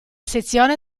sezione